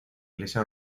iglesia